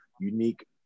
unique